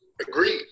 Agreed